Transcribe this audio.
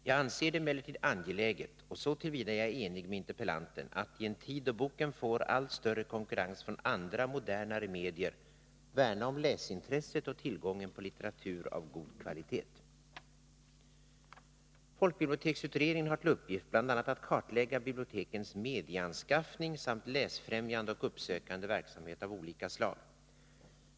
Jag anser det emellertid angeläget — och så till vida är jag enig med interpellanten — att, i en tid då boken får allt större konkurrens från andra, modernare medier, värna om läsintresset och tillgången på litteratur av god kvalitet. Folkbiblioteksutredningen har till uppgift bl.a. att kartlägga bibliotekens medieanskaffning samt läsfrämjande och uppsökande verksamhet av olika slag.